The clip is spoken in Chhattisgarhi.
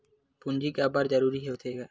पूंजी का बार जरूरी हो थे?